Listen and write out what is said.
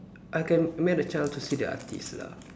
I can met a chance to see the artiste lah